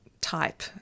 type